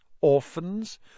orphans